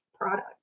product